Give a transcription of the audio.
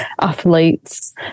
athletes